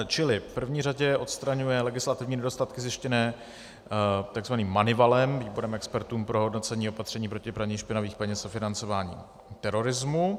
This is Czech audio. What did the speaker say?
Čili v první řadě odstraňuje legislativní nedostatky zjištěné takzvaným Moneyvalem Výborem expertů pro hodnocení opatření proti praní špinavých peněz a financování terorismu.